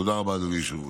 תודה רבה, אדוני היושב-ראש.